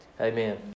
Amen